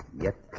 yet